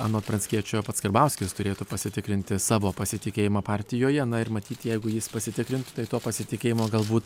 anot pranckiečio pats karbauskis turėtų pasitikrinti savo pasitikėjimą partijoje na ir matyt jeigu jis pasitikrintų tai to pasitikėjimo galbūt